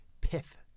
pith